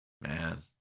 man